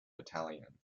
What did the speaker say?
battalion